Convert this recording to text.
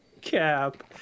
Cap